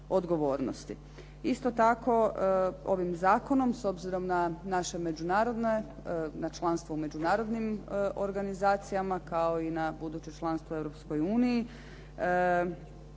Isto tako, ovim zakonom s obzirom na naše međunarodne, na članstvo u međunarodnim organizacijama, kao i na buduće članstvo u Europskoj uniji,